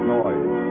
noise